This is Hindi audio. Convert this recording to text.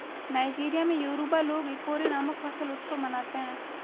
नाइजीरिया में योरूबा लोग इकोरे नामक फसल उत्सव मनाते हैं